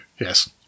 yes